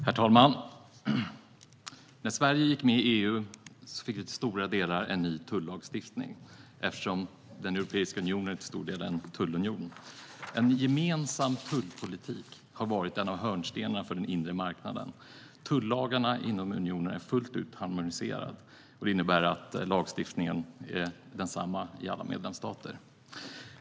Herr talman! När Sverige gick med i EU fick vi till stora delar en ny tullagstiftning, eftersom Europeiska unionen till stor del är en tullunion. En gemensam tullpolitik har varit en av hörnstenarna för den inre marknaden. Tullagarna inom unionen är fullt ut harmoniserade. Det innebär att lagstiftningen är densamma i alla medlemsstater.